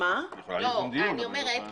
אני אומרת,